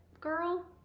girl